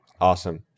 Awesome